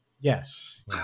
Yes